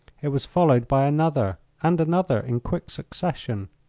it was followed by another, and another, in quick succession.